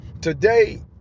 today